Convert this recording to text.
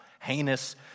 heinous